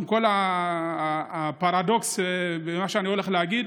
עם כל הפרדוקס במה שאני הולך להגיד,